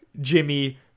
Jimmy